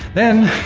then,